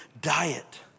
diet